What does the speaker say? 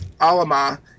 Alama